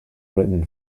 written